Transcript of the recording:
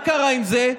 מה קרה עם זה?